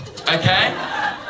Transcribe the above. okay